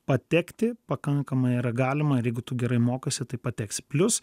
patekti pakankamai yra galima ir jeigu tu gerai mokaisi tai pateksi plius